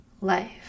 life